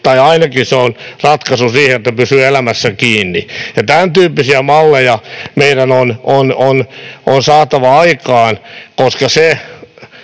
tai ainakin se on ratkaisu siihen, että pysyy elämässä kiinni. Tämäntyyppisiä malleja meidän on saatava aikaan, koska jos